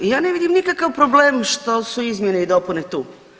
Ja ne vidim nikakav problem što su izmjene i dopune tu.